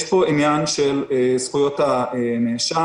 יש פה עניין של זכויות הנאשם,